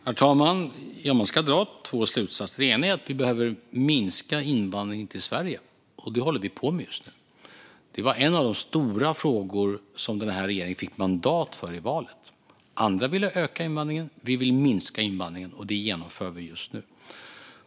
Herr talman! Man ska dra två slutsatser. Den ena är att vi behöver minska invandringen till Sverige. Och det håller vi på med just nu. Det var en av de stora frågorna den här regeringen fick mandat för i valet. Andra ville öka invandringen. Vi vill minska invandringen, och det genomför vi just nu.